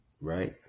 right